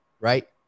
right